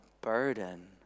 burden